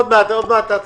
עוד מעט תסביר.